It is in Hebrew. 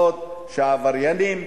שהעבריינים,